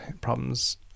problems